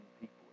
people